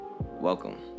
welcome